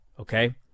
okay